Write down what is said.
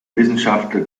wissenschaftler